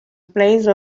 place